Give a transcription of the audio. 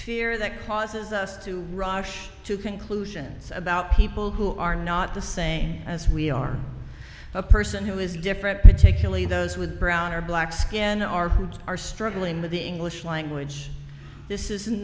fear that causes us to rush to conclusions about people who are not the same as we are a person who is different particularly those with brown or black skin are who are struggling with the english language this is